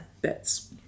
bits